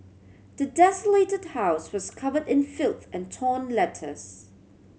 the desolated house was covered in filth and torn letters